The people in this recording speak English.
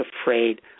afraid